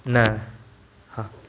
न हा